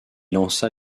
lança